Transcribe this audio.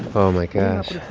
oh, my gosh